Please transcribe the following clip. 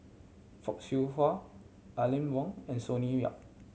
Fock Siew Wah Aline Wong and Sonny Yap